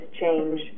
change